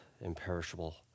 imperishable